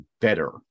better